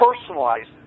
personalized